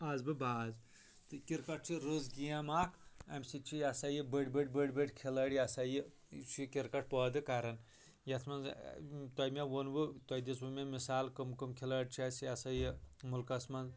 آس بہٕ بٲز تہٕ کِرکٹ چھِ رٕژ گیم اکھ امہِ سۭتۍ چھِ یہ ہسا یہِ بٔڑ بٔڑ بٔڑ بٔڑ کھلٲڑۍ یسا یہِ چھُ یہِ کِرکٹ پٲدٕ کران یتھ منٛز تُۄہہِ مےٚ ونوٕ تۄہہِ دِژوٕ مےٚ مثال کٕم کٕم کھلٲڑۍ چھِ أسہِ یہِ ہسا یہِ مُلکٕس منٛز